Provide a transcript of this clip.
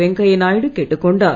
வெங்கைய நாயுடு கேட்டுக்கொண்டார்